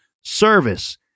service